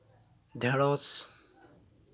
ᱰᱷᱮᱬᱚᱥ